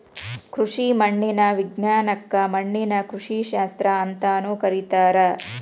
ಕೃಷಿ ಮಣ್ಣಿನ ವಿಜ್ಞಾನಕ್ಕ ಮಣ್ಣಿನ ಕೃಷಿಶಾಸ್ತ್ರ ಅಂತಾನೂ ಕರೇತಾರ